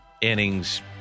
innings